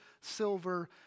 silver